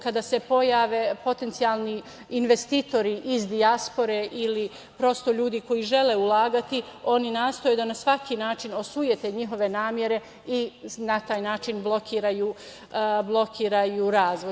Kada se pojave potencijalni investitori iz dijaspore ili prosto ljudi koji žele ulagati, oni nastoje da na svaki način osujete njihove namere i na taj način blokiraju razvoj.